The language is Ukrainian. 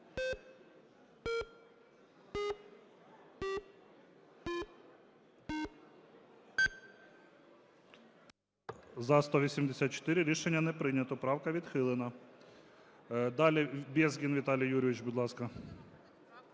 За-184 Рішення не прийнято. Правка відхилена. Далі Безгін Віталій Юрійович, будь ласка.